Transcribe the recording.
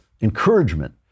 encouragement